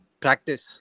practice